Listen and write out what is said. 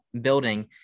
building